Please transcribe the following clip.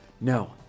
No